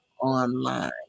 online